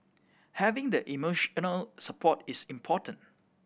having the emotional support is important